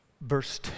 Verse